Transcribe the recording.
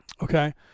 Okay